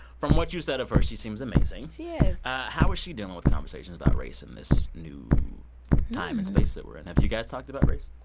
from what you said of her, she seems amazing she is how is she dealing with conversations about race in this new time and space that we're in? have you guys talked about race?